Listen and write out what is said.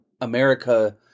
America